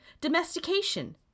domestication